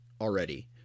already